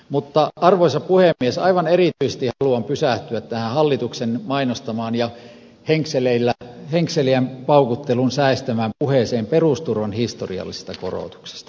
mutta arvoisa puhemies aivan erityisesti haluan pysähtyä tähän hallituksen mainostamaan ja henkselien paukuttelun säestämään puheeseen perusturvan historiallisista korotuksista